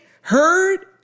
heard